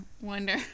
wonder